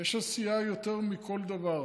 יש עשייה יותר מכל דבר.